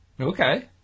Okay